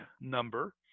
number